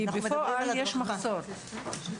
כי בפועל יש מחסור.